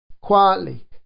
Quietly